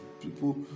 people